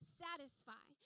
satisfy